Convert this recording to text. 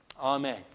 Amen